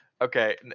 okay